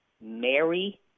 Mary